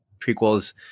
prequels